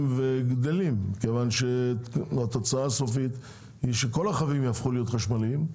וגדלים התוצאה הסופית היא שכל הרכבים יהפכו להיות חשמליים,